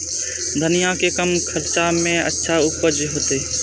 धनिया के कम खर्चा में अच्छा उपज होते?